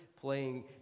playing